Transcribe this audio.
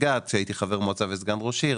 גת כשהייתי חבר מועצה וסגן ראש עיר,